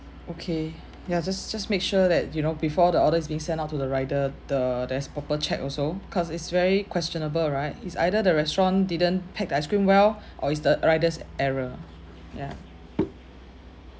okay ya just just make sure that you know before the order's being sent out to the rider the there's proper check also because it's very questionable right is either the restaurant didn't pack the ice cream well or is the rider's error ya